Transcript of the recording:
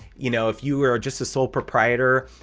you know if you are just a sole proprietor,